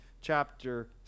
chapter